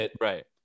Right